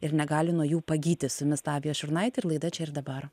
ir negali nuo jų pagyti su jumis lavija šurnaitė ir laida čia ir dabar